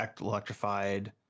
electrified